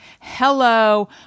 Hello